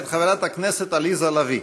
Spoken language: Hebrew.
מאת חברת הכנסת עליזה לביא.